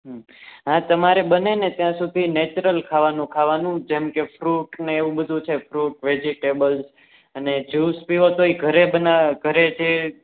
હં હા તમારે બને ને ત્યાં સુધી નેચરલ ખાવાનું ખાવાનું જેમકે ફ્રૂટ ને એવું બધું છે ફ્રૂટ વેજીટેબલ અને જ્યૂસ પીઓ તો ય ઘરે બના ઘરે જે